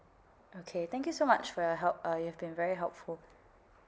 okay thank you so much for your help uh you have been very helpful